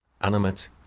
animate